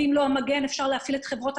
ואם לא "המגן" אז